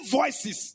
voices